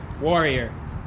warrior